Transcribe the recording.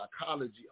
psychology